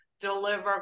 deliver